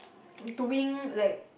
doing like